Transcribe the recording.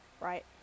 right